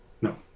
No